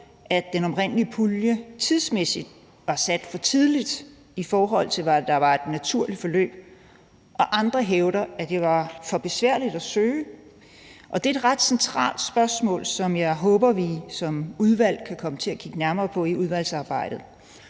at den oprindelige pulje tidsmæssigt var sat for tidligt, i forhold til hvad der var et naturligt forløb, og andre hævder, at det var for besværligt at søge, og det er et ret centralt spørgsmål, som jeg håber vi som udvalg kan komme til at kigge nærmere på i udvalgsarbejdet.